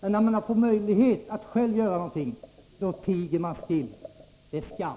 När man får möjlighet att göra någonting, då tiger man still. Det är skam.